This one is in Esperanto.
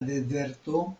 dezerto